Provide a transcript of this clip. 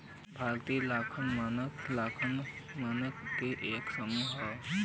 भारतीय लेखा मानक लेखांकन मानक क एक समूह हौ